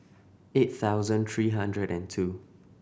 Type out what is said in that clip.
eight thousand three hundred and two